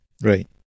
Right